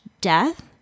death